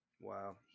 Wow